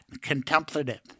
contemplative